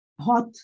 hot